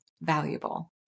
valuable